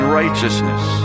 righteousness